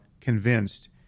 convinced